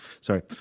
Sorry